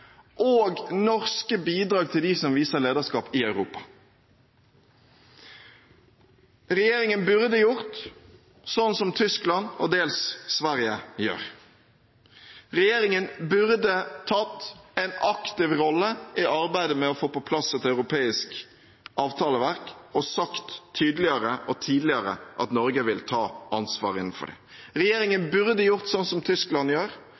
og norske bidrag til dem som viser lederskap i Europa. Regjeringen burde gjort som Tyskland og dels Sverige gjør. Regjeringen burde tatt en aktiv rolle i arbeidet med å få på plass et europeisk avtaleverk og sagt tydeligere og tidligere at Norge vil ta ansvar innenfor det. Regjeringen burde gjort som Tyskland gjør,